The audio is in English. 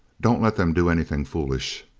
don't let them do anything foolish.